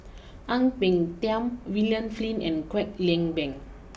Ang Peng Tiam William Flint and Kwek Leng Beng